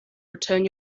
return